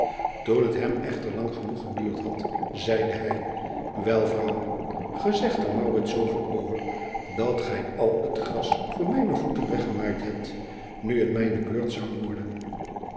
oen het hem echter lang genoeg geduurd had zeide hij el vrouw gij zegt er zooveel over dat gij al het gras voor mijne voeten weggemaaid hebt nu het mijne beurt zou worden